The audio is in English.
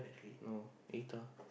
no eh later